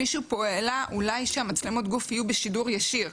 מישהו פה העלה אולי שמצלמות הגוף יהיו בשידור ישיר.